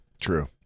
True